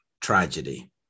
tragedy